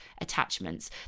attachments